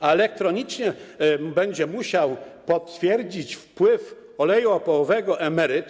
A elektronicznie będzie musiał potwierdzić wpływ oleju opałowego emeryt.